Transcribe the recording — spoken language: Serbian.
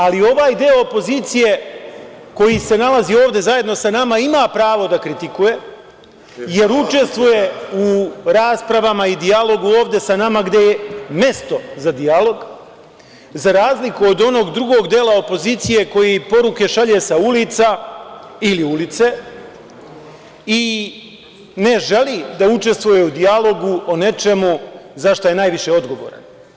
Ali, ovaj deo opozicije koji se nalazi ovde zajedno sa nama ima pravo da kritikuje, jer učestvuje u raspravama i dijalogu ovde sa nama gde je i mesto za dijalog, za razliku od onog drugog dela opozicije koji poruke šalje sa ulica ili ulice i ne želi da učestvuje u dijalogu o nečemu za šta je najviše odgovoran.